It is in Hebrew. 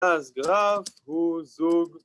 ‫אז גרף הוא זוג